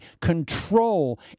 control